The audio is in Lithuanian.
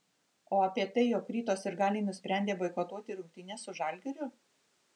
o apie tai jog ryto sirgaliai nusprendė boikotuoti rungtynes su žalgiriu